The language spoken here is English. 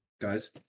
Guys